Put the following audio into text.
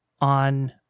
on